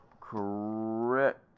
correct